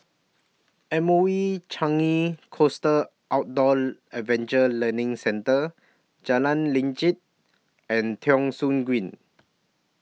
M O E Changi Coast Outdoor Adventure Learning Centre Jalan Lanjut and Thong Soon Green